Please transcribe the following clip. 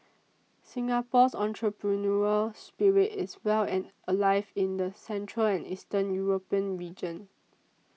Singapore's entrepreneurial spirit is well and alive in the central and Eastern European region